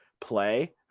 play